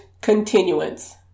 continuance